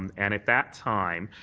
um and at that time,